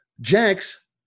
Jax